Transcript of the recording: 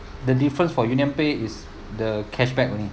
the difference for UnionPay is the cashback only